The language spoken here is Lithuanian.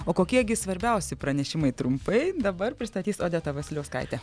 o kokie gi svarbiausi pranešimai trumpai dabar pristatys odeta vasiliauskaitė